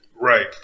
Right